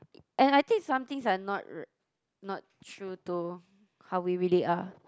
and I think some things are not not true to how we really are